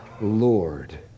Lord